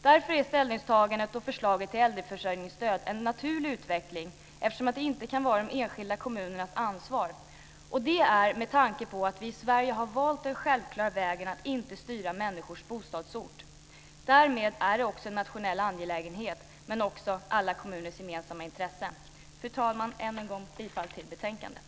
Därför är ställningstagandet för förslaget till äldreförsörjningsstöd en naturlig utveckling eftersom det inte kan vara de enskilda kommunernas ansvar. Detta är med tanke på att vi i Sverige har valt den självklara vägen att inte styra människors bostadsort. Därmed är detta också en nationell angelägenhet men också något som ligger i alla kommuners gemensamma intresse. Fru talman! Jag yrkar än en gång bifall till förslaget i betänkandet.